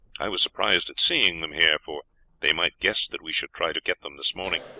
i was surprised at seeing them here, for they might guess that we should try to get them this morning.